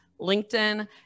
LinkedIn